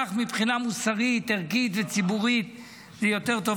כך מבחינה מוסרית, ערכית וציבורית זה יותר טוב.